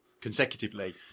consecutively